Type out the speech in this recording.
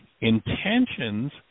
intentions